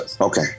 Okay